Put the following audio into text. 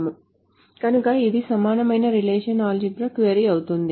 కనుక ఇది సమానమైన రిలేషనల్ ఆల్జీబ్రా క్వరీ అవుతుంది